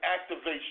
activation